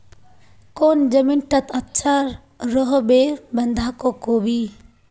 कौन जमीन टत अच्छा रोहबे बंधाकोबी?